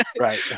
Right